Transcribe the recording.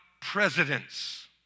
presidents